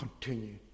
continue